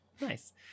Nice